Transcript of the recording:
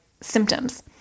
symptoms